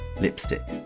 lipstick